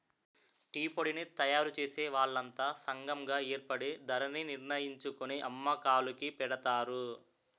టీపొడిని తయారుచేసే వాళ్లంతా సంగం గాయేర్పడి ధరణిర్ణించుకొని అమ్మకాలుకి పెడతారు